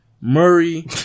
Murray